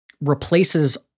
replaces